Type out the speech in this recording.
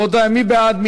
רבותי, מי בעד?